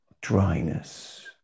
dryness